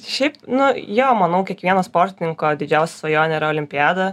šiaip nu jo manau kiekvieno sportininko didžiausia svajonė yra olimpiadą